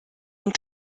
une